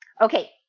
Okay